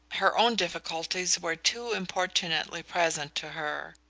her own difficulties were too importunately present to her.